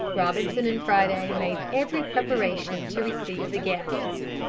robinson and friday made every preparation to receive the guests.